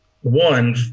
one